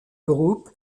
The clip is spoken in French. groupe